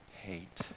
hate